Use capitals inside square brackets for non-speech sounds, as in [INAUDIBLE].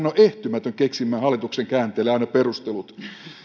[UNINTELLIGIBLE] on ehtymätön keksimään hallituksen käänteille aina perustelut